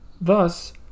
thus